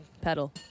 pedal